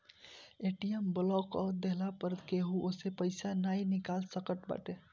ATM block कअ देहला पअ केहू ओसे पईसा नाइ निकाल सकत बाटे